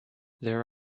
there